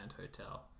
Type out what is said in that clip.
Hotel